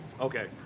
Okay